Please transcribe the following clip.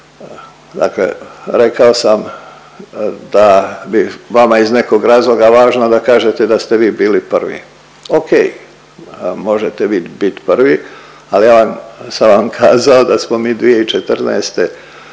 dakle rekao sam da bi vama iz nekog razloga važno da kažete da ste vi bili prvi. Okej, možete vi bit prvi, ali ja sam vam kazao da smo mi 2014.g.